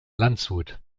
landshut